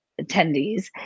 attendees